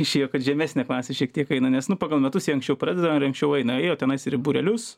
išėjo kad žemesnę klasę šiek tiek eina nes nu pagal metus jie anksčiau pradeda ar anksčiau eina ėjo tenais ir į būrelius